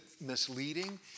misleading